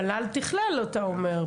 מל"ל תיכלל אותה הוא אומר,